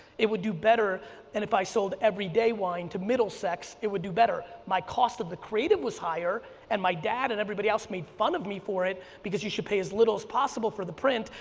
it would do better than and if i sold every day wine to middlesex, it would do better. my cost of the creative was higher, and my dad and everybody else made fun of me for it because you should pay as little as possible for the print,